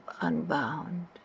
unbound